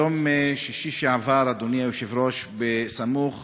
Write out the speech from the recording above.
ביום שישי שעבר, אדוני היושב-ראש, סמוך